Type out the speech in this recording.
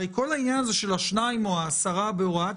הרי כל העניין של שניים או עשרה בהוראת